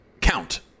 count